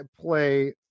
play